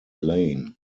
lane